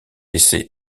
essai